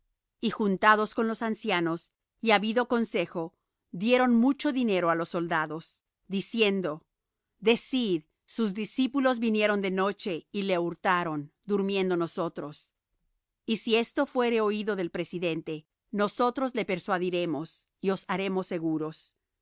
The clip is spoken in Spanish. y juntados con los ancianos y habido consejo dieron mucho dinero á los soldados diciendo decid sus discípulos vinieron de noche y le hurtaron durmiendo nosotros y si esto fuere oído del presidente nosotros le persuadiremos y os haremos seguros